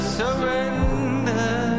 surrender